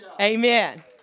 Amen